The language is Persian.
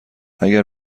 اگر